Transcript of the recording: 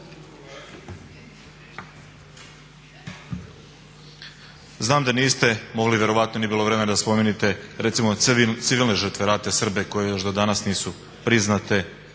znam da niste mogli verovatno nije bilo vreme da spomenute recimo civilne žrtve rata Srbe koji još do danas nisu priznate.